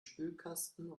spülkasten